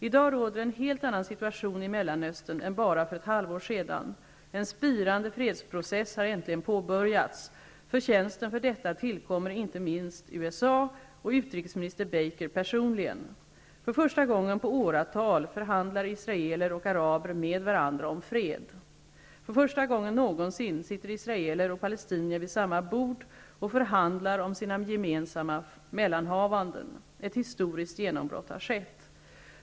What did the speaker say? I dag råder en helt annan situation i Mellanöstern än för bara ett halvår sedan. En spirande fredsprocess har äntligen påbörjats. Förtjänsten för detta tillkommer inte minst USA och utrikesminister Baker personligen. För första gången på åratal förhandlar israeler och araber med varandra om fred. För första gången någonsin sitter israeler och palestinier vid samma bord och förhandlar om sina gemensamma mellanhavanden. Ett historiskt genombrott har skett.